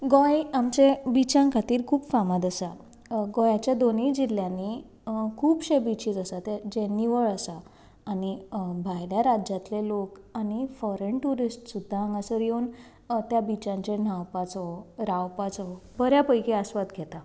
गोंय आमचें बिचां खातीर खूब फामाद आसा गोंयाच्या दोनूय जिल्ल्यांनी खुबशे बिचीस आसा जे निवळ आसा आनी भायल्या राज्यांतले लोक आनी फॉरेन ट्युरिस्ट सुद्दां हांगासर येवन त्या बिचांचेर न्हांवपाचो रावपाचो बऱ्यापैकी आस्वाद घेता